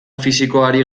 fisikoari